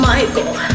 Michael